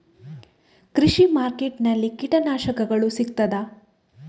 ಕೃಷಿಮಾರ್ಕೆಟ್ ನಲ್ಲಿ ಕೀಟನಾಶಕಗಳು ಸಿಗ್ತದಾ?